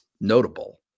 notable